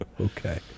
Okay